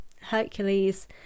hercules